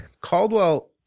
Caldwell